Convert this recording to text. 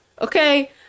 Okay